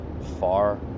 far